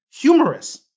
humorous